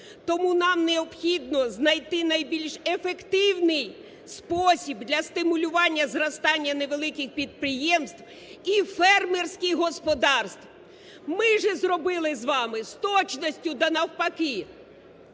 Тому нам необхідно знайти найбільш ефективний спосіб для стимулювання зростання невеликих підприємств, і фермерських господарств. Ми ж зробили з вами з точністю до навпаки.